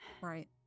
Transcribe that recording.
right